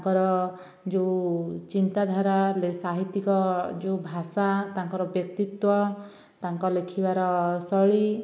ତାଙ୍କର ଯେଉଁ ଚିନ୍ତାଧାରା ସାହିତ୍ୟିକ ଯେଉଁ ଭାଷା ତାଙ୍କର ବ୍ୟକ୍ତିତ୍ୱ ତାଙ୍କ ଲେଖିବାର ଶୈଳୀ